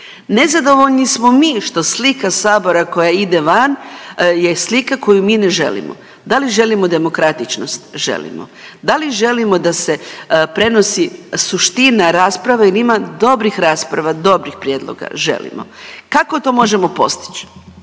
Nezadovoljni smo mi što slika sabora koja ide van je slika koju mi ne želimo. Da li želimo demokratičnost? Želimo. Da li želimo da se prenosi suština rasprave jer ima dobrih rasprava, dobrih prijedloga? Želimo. Kako to možemo postić?